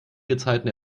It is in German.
gezeiten